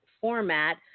format